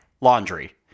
laundry